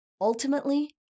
Ultimately